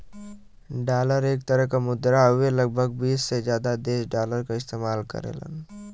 dollar एक तरे क मुद्रा हउवे लगभग बीस से जादा देश डॉलर क इस्तेमाल करेलन